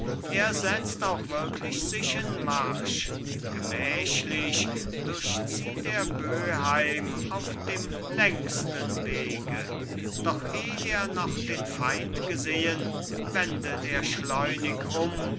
er setzt auch wirklich sich in marsch gemächlich durchzieht er böheim auf dem längsten wege doch eh er noch den feind gesehen wendet er schleunig um